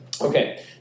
Okay